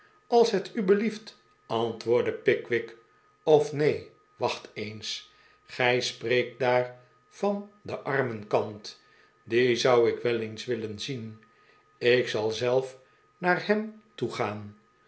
als het u belieft antwoordde pickwick of neen wacht eens gij spreekt daar van den armenkant dien zou ik wel eens willen zien ik zal zelf naar hem toe